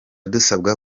dusabwa